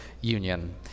union